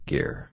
Gear